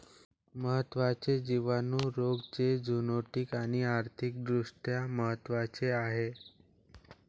महत्त्वाचे जिवाणू रोग जे झुनोटिक आणि आर्थिक दृष्ट्या महत्वाचे आहेत